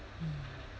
mm